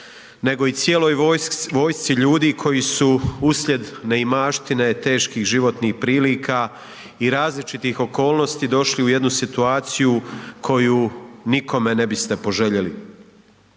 nego i cijeloj vojsci ljudi koji su uslijed neimaštine, teških životnih prilika i različitih okolnosti došli u jednu situaciju koju nikome ne biste poželjeli.